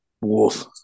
Wolf